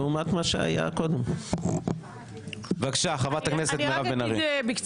לעומת לחיות פה בחברה היהודית במדינת